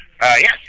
Yes